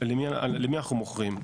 למי אנחנו מוכרים?